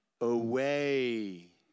away